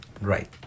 right